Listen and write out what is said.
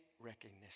recognition